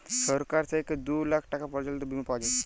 ছরকার থ্যাইকে দু লাখ টাকা পর্যল্ত বীমা পাউয়া যায়